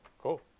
cool